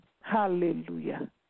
Hallelujah